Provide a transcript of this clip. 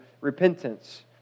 repentance